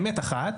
אמת אחת,